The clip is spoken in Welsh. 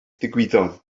ddigwyddodd